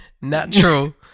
natural